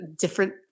different